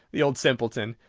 the old simpleton!